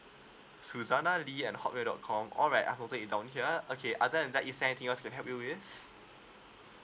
suzana lee at hotmail dot com alright I've noted it down here okay other than that is there anything else I can help you with